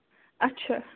اَچھا